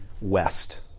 west